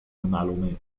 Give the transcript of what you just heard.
المعلومات